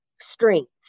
strengths